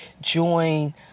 join